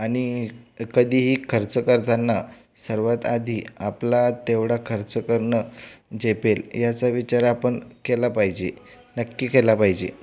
आनि कधीही खर्च करताना सर्वात आधी आपला तेवढा खर्च करणं झेपेल याचा विचार आपण केला पाहिजे नक्की केला पाहिजे